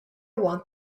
want